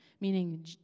meaning